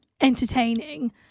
entertaining